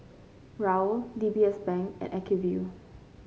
Raoul D B S Bank and Acuvue